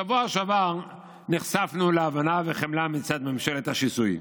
בשבוע שעבר נחשפנו להבנה וחמלה מצד ממשלת השיסוי: